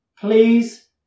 Please